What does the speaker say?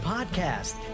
Podcast